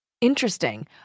Interesting